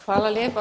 Hvala lijepa.